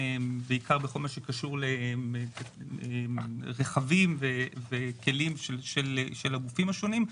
בעיקר בכל מה שקשור ברכבים וכלים של הגופים השונים.